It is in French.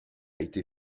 été